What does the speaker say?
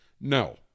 No